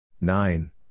nine